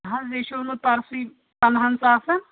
نہ حظ یہِ چھُ اوٚنمُت پَرسُے پنٛدہَن ساسَن